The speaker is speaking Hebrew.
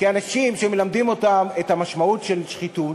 כי אנשים שמלמדים אותם את המשמעות של שחיתות